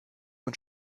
und